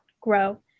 grow